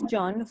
John